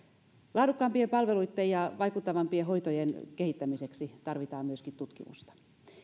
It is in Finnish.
laadukkaampien palveluitten ja vaikuttavampien hoitojen kehittämiseksi tarvitaan myöskin tutkimusta